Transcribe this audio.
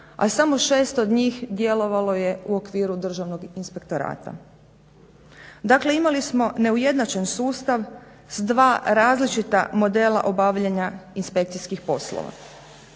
a samo 6 od njih djelovalo je u okviru Državnog inspektorata. Dakle imali smo neujednačen sustav s dva različita modela obavljanja inspekcijskih poslova.